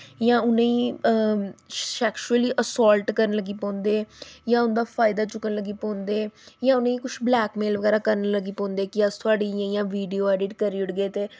जि'यां उ'नें गी शैक्सुअली असाल्ट करन लग्गी पौंदे जां उं'दा फायदा चुक्कन लग्गी पौंदे जां उ'नें ई कुछ ब्लैकमेल बगैरा करन लग्गी पौंदे कि अस तुआढ़ी इ'यां इ'यां वीडियो अडिट करी ओड़गे ते